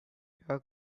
how